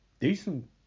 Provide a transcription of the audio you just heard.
decent